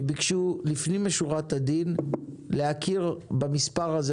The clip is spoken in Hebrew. שביקשו לפנים משורת הדין להכיר במספר הזה